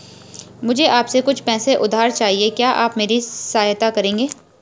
मुझे आपसे कुछ पैसे उधार चहिए, क्या आप मेरी सहायता करेंगे?